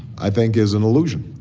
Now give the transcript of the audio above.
i think, is an illusion